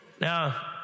Now